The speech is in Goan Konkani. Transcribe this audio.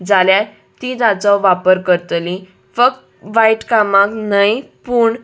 जाल्यार ती ताचो वापर करतली फक्त वायट कामाक न्हय पूण